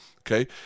okay